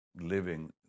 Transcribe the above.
living